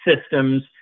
systems